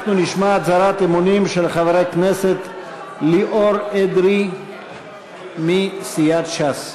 אנחנו נשמע הצהרת אמונים של חבר הכנסת ליאור אדרי מסיעת ש"ס.